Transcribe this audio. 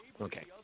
Okay